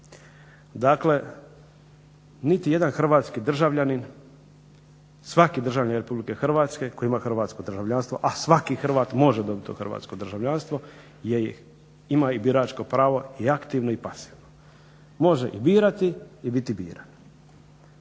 Dakle niti jedan hrvatski državljanin, svaki državljanin Republike Hrvatske koji ima hrvatsko državljanstvo, a svaki Hrvat može dobit to hrvatsko državljanstvo ima biračko pravo i aktivno i pasivno, može i birati i biti biran.